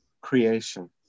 creation